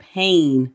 pain